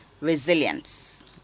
resilience